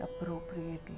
appropriately